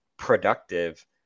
productive